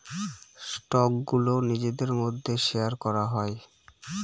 স্টকগুলো নিজেদের মধ্যে শেয়ার করা হয়